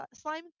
slime